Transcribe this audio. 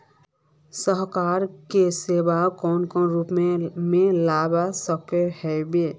सलाहकार के सेवा कौन कौन रूप में ला सके हिये?